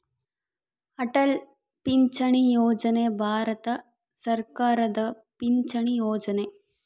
ಅಟಲ್ ಪಿಂಚಣಿ ಯೋಜನೆ ಭಾರತ ಸರ್ಕಾರದ ಪಿಂಚಣಿ ಯೊಜನೆ